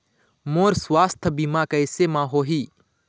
मोर सुवास्थ बीमा कैसे म होही?